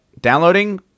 downloading